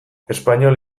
espainol